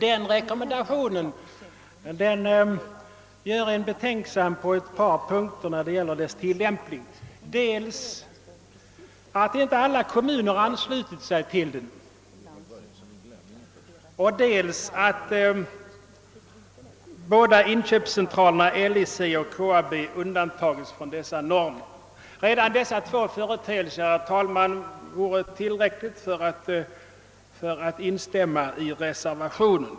Denna rekommendation ger på två punkter anledning till betänksamhet, dels därför att inte alla kommuner anslutit sig till den, dels därför att de båda inköpscentralerna LIC och KAB undantagits från de rekommenderade normerna. Redan dessa två företeelser är, herr talman, grund nog för att instämma i reservationen.